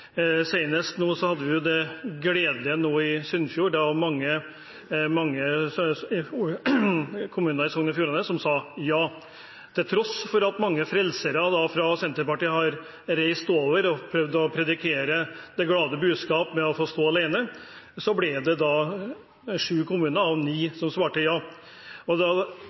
hadde vi det gledelige i Sunnfjord – det var mange kommuner i Sogn og Fjordane som sa ja. Til tross for at mange frelsere fra Senterpartiet har reist over og prøvd å predike det glade budskap om å få stå alene, ble det sju kommuner av ni som svarte ja.